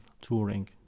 touring